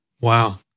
Wow